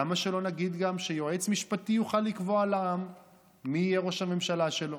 למה שלא נגיד גם שיועץ משפטי יוכל לקבוע לעם מי יהיה ראש הממשלה שלו?